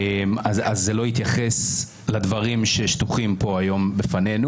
זה לא התייחס לדברים שנשטחו פה היום בפנינו.